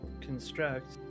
construct